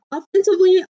Offensively